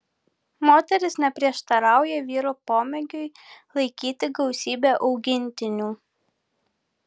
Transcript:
moteris neprieštarauja vyro pomėgiui laikyti gausybę augintinių